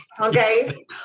Okay